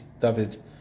David